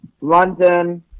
London